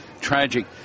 Tragic